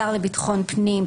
השר לביטחון הפנים,